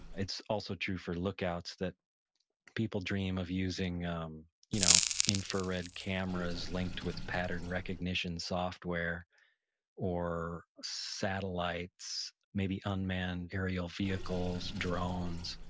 it's also true for lookouts that people dream of using um you know infrared cameras linked with pattern recognition software or satellites, maybe unmanned aerial vehicles, drones.